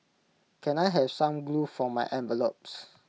can I have some glue for my envelopes